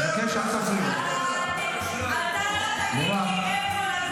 לא יהיה לכם אף